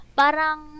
parang